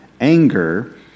anger